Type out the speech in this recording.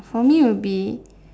for me would be